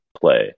play